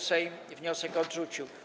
Sejm wniosek odrzucił.